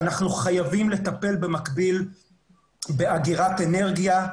שאנחנו חייבים לטפל במקביל באגירת אנרגיה,